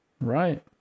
Right